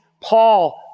Paul